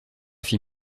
fit